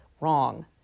wrong